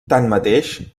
tanmateix